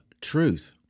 truth